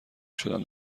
شدن